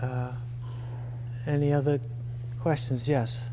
or any other questions yes